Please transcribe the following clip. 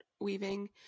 weaving